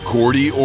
Cordy